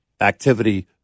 activity